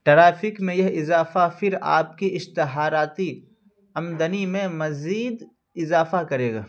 traffic میں یہ اضافہ پھر آپ کی اشتہاراتی امدنی میں مزید اضافہ کرے گا